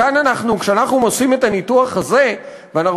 כשאנחנו עושים את הניתוח הזה ואנחנו